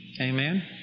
Amen